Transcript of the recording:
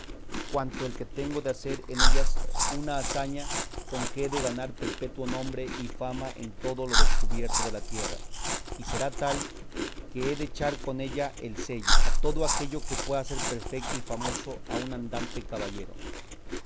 cuanto el que tengo de hacer en ellas una hazaña con que he de ganar perpetuo nombre y fama en todo lo descubierto de la tierra y será tal que he de echar con ella el sello a todo aquello que puede hacer perfecto y famoso a un andante caballero